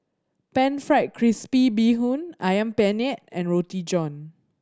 Pan Fried Crispy Bee Hoon Ayam Penyet and Roti John